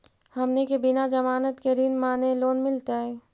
हमनी के बिना जमानत के ऋण माने लोन मिलतई?